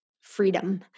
freedom